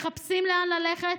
מחפשים לאן ללכת,